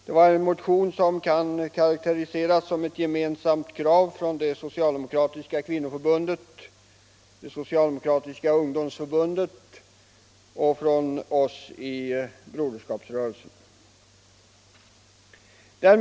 Det var en motion som kan karakteriseras som ett gemensamt krav från det socialdemokratiska kvinnoförbundet, det socialdemokratiska ungdomsförbundet och oss i Broderskapsrörelsen.